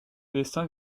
destin